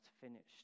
finished